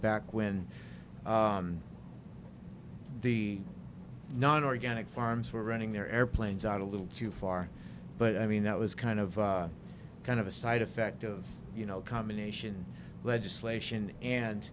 back when the non organic farms were running their airplanes out a little too far but i mean that was kind of kind of a side effect of you know combination legislation and